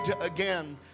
again